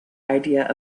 idea